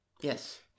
Yes